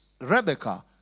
Rebecca